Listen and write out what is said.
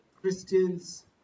Christians